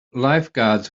lifeguards